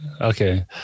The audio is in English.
Okay